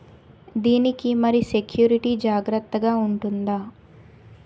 దీని కి మరి సెక్యూరిటీ జాగ్రత్తగా ఉంటుందా?